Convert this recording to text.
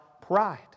pride